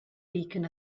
beacon